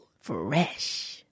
Fresh